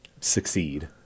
succeed